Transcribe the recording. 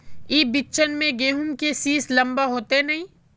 ई बिचन में गहुम के सीस लम्बा होते नय?